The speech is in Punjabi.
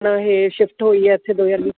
ਹੁਣ ਇਹ ਸ਼ਿਫਟ ਹੋਈ ਆ ਇੱਥੇ ਦੋ ਹਜ਼ਾਰ ਵੀਹ